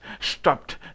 stopped